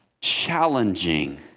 challenging